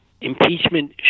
Impeachment